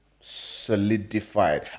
solidified